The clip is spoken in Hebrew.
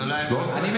זה לא, לא,